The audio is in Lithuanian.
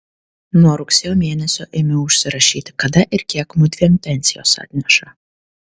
nuo rugsėjo mėnesio ėmiau užsirašyti kada ir kiek mudviem pensijos atneša